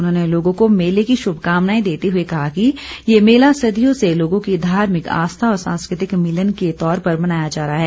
उन्होंने लोगों को मेले की शुभकामनाएं देते हुए कहा कि ये मेला सदियों से लोगों की धार्मिक आस्था और सांस्कृतिक मिलन के तौर पर मनाया जा रहा है